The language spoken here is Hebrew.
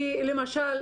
כי למשל,